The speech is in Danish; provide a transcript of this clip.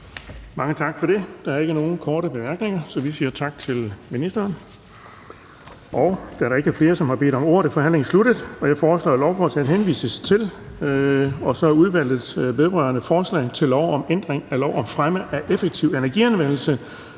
Bonnesen): Der er ikke nogen korte bemærkninger, så vi siger tak til ministeren. Da der ikke er flere, der har bedt om ordet, er forhandlingen sluttet. Jeg foreslår, at lovforslaget henvises til Udvalget vedrørende forslag til lov om ændring af lov om fremme af effektiv energianvendelse